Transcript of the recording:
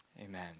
amen